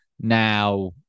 now